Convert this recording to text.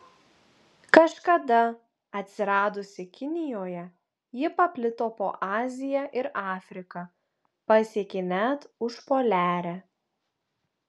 kažkada atsiradusi kinijoje ji paplito po aziją ir afriką pasiekė net užpoliarę